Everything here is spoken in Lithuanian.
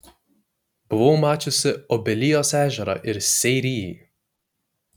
buvau mačiusi obelijos ežerą ir seirijį